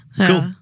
Cool